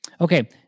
okay